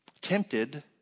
tempted